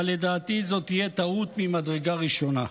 אבל לדעתי זו תהיה טעות ממדרגה ראשונה.